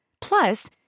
Plus